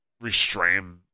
restrain